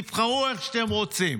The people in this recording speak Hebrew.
תבחרו איך שאתם רוצים.